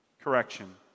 Correction